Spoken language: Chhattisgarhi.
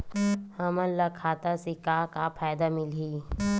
हमन ला खाता से का का फ़ायदा मिलही?